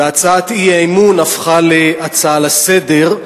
והצעת האי-אמון הפכה להצעה לסדר-היום,